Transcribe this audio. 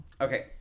Okay